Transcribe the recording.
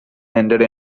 ended